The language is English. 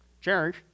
Cherish